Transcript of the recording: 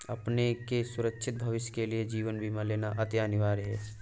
अपनों के सुरक्षित भविष्य के लिए जीवन बीमा लेना अति अनिवार्य है